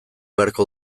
beharko